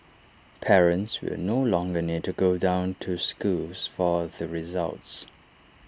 parents will no longer need to go down to schools for the results